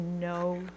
no